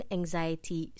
Anxiety